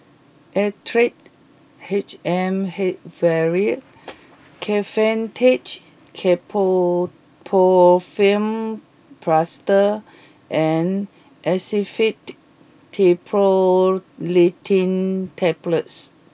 Actrapid H M hey vial Kefentech Ketoprofen Plaster and Actifed tea Triprolidine Tablets